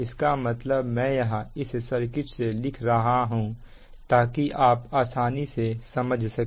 इसका मतलब मैं यहां इस सर्किट से लिख रहा हूं ताकि आप आसानी से समझ सके